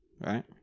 right